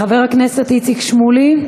חבר הכנסת איציק שמולי,